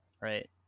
right